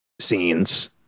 scenes